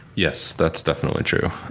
yes, that's definitely true.